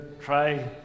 try